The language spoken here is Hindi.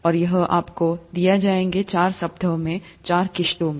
और यह आपको दिया जाएगा चार सप्ताह में चार किश्तों में